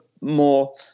more